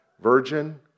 virgin